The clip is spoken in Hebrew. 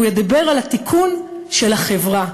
הוא ידבר על התיקון של החברה.